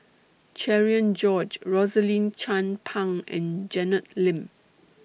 Cherian George Rosaline Chan Pang and Janet Lim